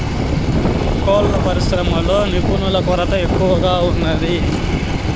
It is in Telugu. కోళ్ళ పరిశ్రమలో నిపుణుల కొరత ఎక్కువగా ఉంది